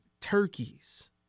turkeys